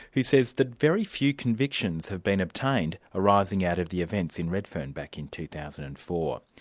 who says that very few convictions have been obtained arising out of the events in redfern back in two thousand and four.